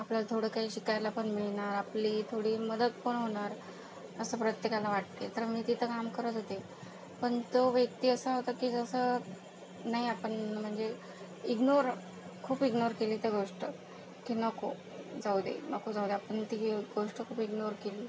आपल्याला थोडं काही शिकायला पण मिळणार आपली थोडी मदत पण होणार असं प्रत्येकाला वाटते तर मी तिथं काम करत होते पण तो व्यक्ती असा होता की जसं नाही आपण म्हणजे इग्नोर खूप इग्नोर केली तर गोष्ट की नको जाऊ दे नको जाऊ दे आपण ती गी गोष्ट खूप इग्नोर केली